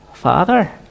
Father